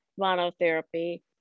monotherapy